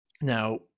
Now